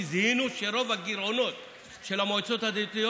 כי זיהינו שרוב הגירעונות של המועצות הדתיות